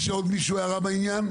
יש עוד מישהו עם הערה בעניין?